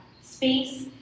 space